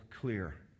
clear